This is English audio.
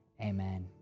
amen